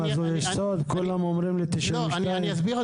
כולם אומרים לי 92. אני אסביר,